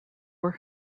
were